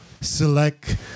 select